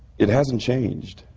it hasn't changed,